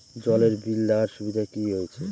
জলের বিল দেওয়ার সুবিধা কি রয়েছে?